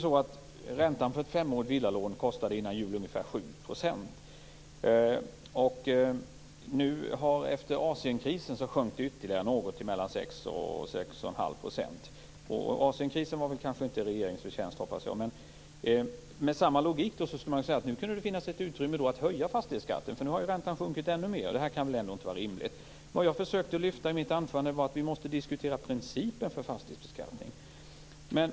7 %. Efter Asienkrisen sjönk den ytterligare något, till mellan 6 och 6,5 %. Asienkrisen var kanske inte regeringens förtjänst, hoppas jag. Men med samma logik skulle man kunna säga att det nu finns ett utrymme för att höja fastighetsskatten eftersom räntan sjunkit ännu mer. Det kan väl ändå inte vara rimligt. I mitt anförande försökte jag lyfta fram att vi måste diskutera principen för fastighetsbeskattning.